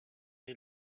est